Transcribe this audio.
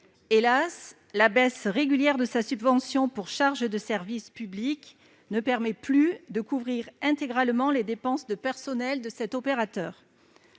Hélas ! la baisse régulière de sa subvention pour charges de service public ne permet plus de couvrir intégralement les dépenses de personnel de cet opérateur.